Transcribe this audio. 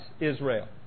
Israel